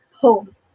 home